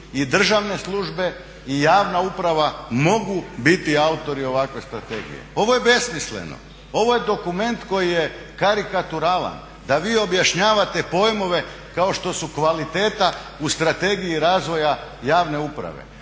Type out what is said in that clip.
i državne službe i javna uprava mogu biti autori ovakve strategije. Ovo je besmisleno, ovo je dokument koji je karikaturalan! Da vi objašnjavate pojmove kao što su kvaliteta u Strategiji razvoja javne uprave,